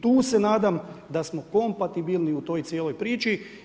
I tu se nadam da smo kompatibilni u toj cijeloj priči.